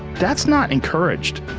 that's not encouraged.